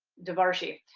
divarshi,